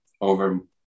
over